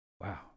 Wow